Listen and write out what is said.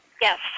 Yes